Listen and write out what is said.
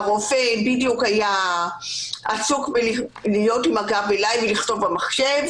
והרופא היה בדיוק עסוק להיות עם הגב אליי ולכתוב במחשב.